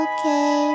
Okay